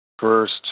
First